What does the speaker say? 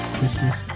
Christmas